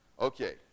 okay